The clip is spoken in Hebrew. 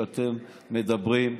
כשאתם מדברים,